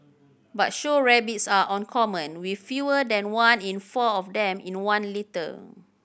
but show rabbits are uncommon with fewer than one in four of them in one litter